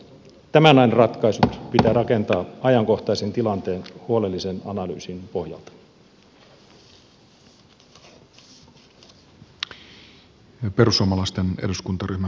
tämän ajan ratkaisut pitää rakentaa ajankohtaisen tilanteen huolellisen analyysin pohjalta